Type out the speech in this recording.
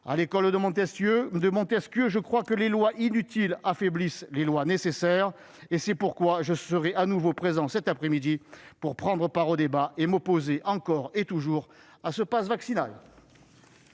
À l'école de Montesquieu, je crois que « les lois inutiles affaiblissent les lois nécessaires. » C'est pourquoi je serai de nouveau présent cette après-midi pour prendre part aux débats et m'opposer, encore et toujours, à ce passe vaccinal.